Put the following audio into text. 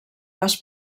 pas